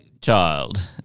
child